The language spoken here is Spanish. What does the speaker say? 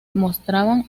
mostraban